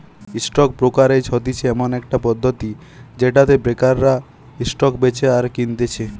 stock brokerage হতিছে এমন একটা পদ্ধতি যেটাতে ব্রোকাররা স্টক বেচে আর কিনতেছে